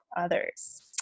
others